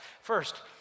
first